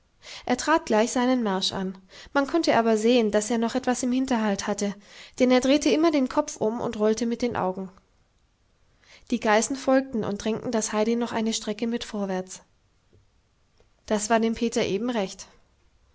er trat gleich seinen marsch an man konnte aber sehen daß er noch etwas im hinterhalt hatte denn er drehte immer den kopf um und rollte mit den augen die geißen folgten und drängten das heidi noch eine strecke mit vorwärts das war dem peter eben recht